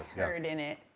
heard in it,